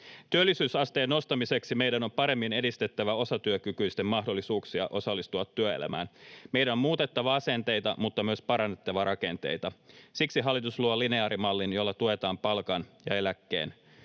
Työllisyysasteen nostamiseksi meidän on paremmin edistettävä osatyökykyisten mahdollisuuksia osallistua työelämään. Meidän on muutettava asenteita, mutta myös parannettava rakenteita. Siksi hallitus luo lineaarimallin, jolla tuetaan palkan ja eläkkeen